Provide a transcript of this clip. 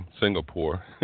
Singapore